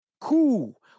Cool